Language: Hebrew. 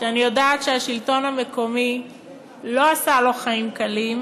שאני יודעת שהשלטון המקומי לא עשה לו חיים קלים,